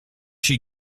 she